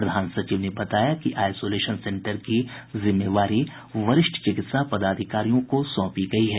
प्रधान सचिव ने बताया कि आईसोलेशन सेन्टर की जिम्मेवारी वरिष्ठ चिकित्सा पदाधिकारियों को सौंपी गयी है